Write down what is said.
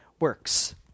works